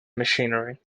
machinery